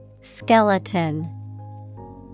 Skeleton